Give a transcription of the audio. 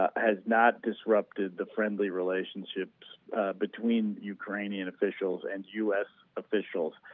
has not disrupted the friendly relationships between ukrainian officials and u s. officials.